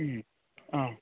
उम अह